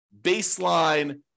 baseline